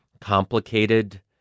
complicated